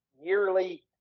yearly